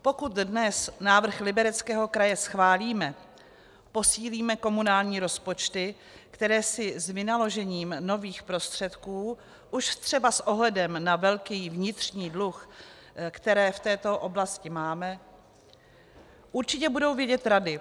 Pokud dnes návrh Libereckého kraje schválíme, posílíme komunální rozpočty, které si s vynaložením nových prostředků už třeba s ohledem na velký vnitřní dluh, který v této oblasti máme, určitě budou vědět rady.